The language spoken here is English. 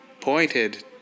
pointed